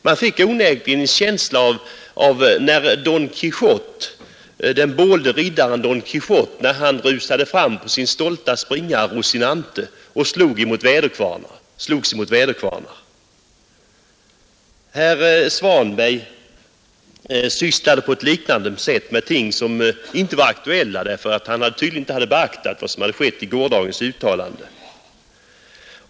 Man fick onekligen en vision av den bålde riddaren Don Quijote, som rusar fram på sin stolta springare Rosinante och slåss mot väderkvarnar. Herr Svanberg sysslade på ett liknande sätt med ting som inte var aktuella, eftersom han tydligen inte hade beaktat gårdagens uttalande.